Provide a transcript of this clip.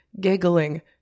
giggling